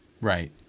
Right